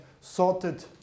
sorted